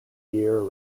year